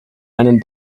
einen